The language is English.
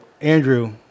Andrew